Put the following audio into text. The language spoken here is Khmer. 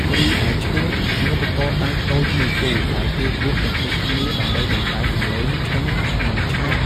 រីឯឈិង ជាឧបករណ៍ដែកតូចមួយគូ ដែលគេគោះទង្គិចគ្នាដើម្បីបង្កើតសំឡេង ឈិង និង ឆាប។